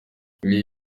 ibi